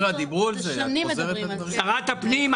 שרת הפנים,